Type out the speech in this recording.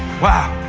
wow!